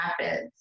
Rapids